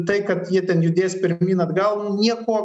tai kad jie ten judės pirmyn atgal nieko